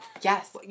Yes